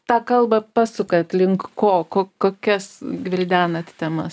tą kalbą pasukat link ko ko kokias gvildenat temas